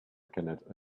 cannot